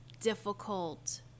difficult